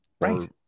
Right